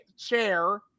chair